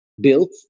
built